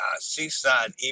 seaside